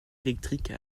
électrique